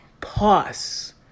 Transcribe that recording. Pause